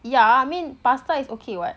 yah I mean pasta is okay [what]